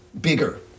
bigger